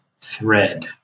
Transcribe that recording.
thread